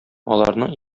аларның